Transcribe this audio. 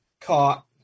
caught